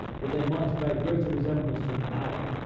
that they might bear greater resemblance to an owl,